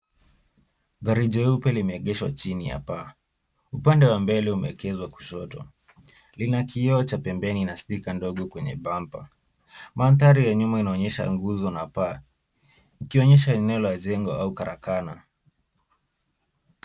Gari jeupe limeegeshwa chini ya paa. Upande wa mbele umeekezwa kushoto. Lina kioo la pembeni na stika ndogo kwenye bampa. Mandhari ya nyuma inaonyesha nguzo na paa, ikionyesha eneo la jengo au karakana.